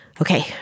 Okay